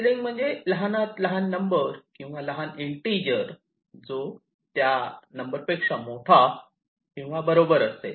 ceiling म्हणजे लहानात लहान नंबर किंवा लहान इन्टिजर जो त्या नंबर पेक्षा मोठा किंवा बरोबर असेल